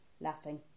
laughing